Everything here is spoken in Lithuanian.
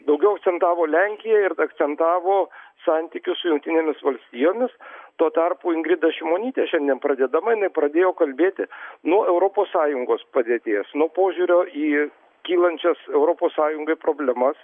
daugiau akcentavo lenkiją ir akcentavo santykius su jungtinėmis valstijomis tuo tarpu ingrida šimonytė šiandien pradedama jinai pradėjo kalbėti nuo europos sąjungos padėties nuo požiūrio į kylančias europos sąjungai problemas